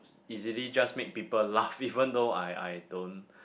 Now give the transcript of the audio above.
easily just make people laugh even though I I don't